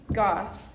goth